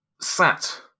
sat